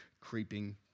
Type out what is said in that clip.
creeping